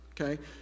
okay